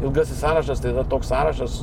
ilgasis sąrašas tai yra toks sąrašas